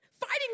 fighting